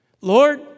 Lord